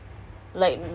what